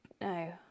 no